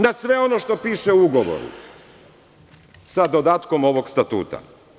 Na sve ono što piše u ugovoru, sa dodatkom ovog statuta.